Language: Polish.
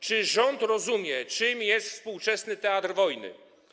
Czy rząd rozumie, czym jest współczesny teatr wojny?